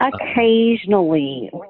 occasionally